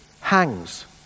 hangs